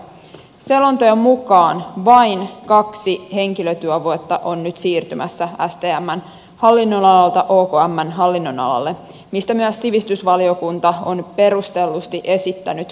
selonteon mukaan vain kaksi henkilötyövuotta on nyt siirtymässä stmn hallinnonalalta okmn hallinnonalalle mistä myös sivistysvaliokunta on perustellusti esittänyt huolensa